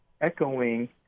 echoing